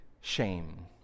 shame